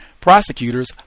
Prosecutors